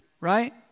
right